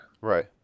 Right